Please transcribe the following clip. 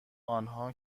آنها